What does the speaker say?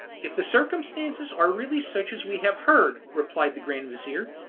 if the circumstances are really such as we have heard, replied the grand-vizir,